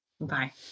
Bye